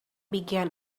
began